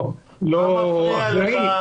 זה הכלל של מבחן התמיכה.